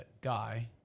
guy